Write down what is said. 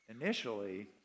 initially